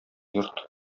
йорт